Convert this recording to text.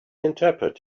interpret